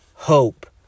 hope